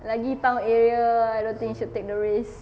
lagi town area ah I don't think you should take the risk